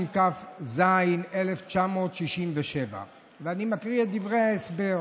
התשכ"ז 1967". אני מקריא את דברי ההסבר.